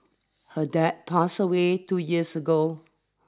her dad passed away two years ago